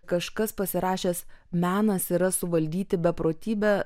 kažkas pasirašęs menas yra suvaldyti beprotybę